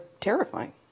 terrifying